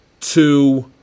two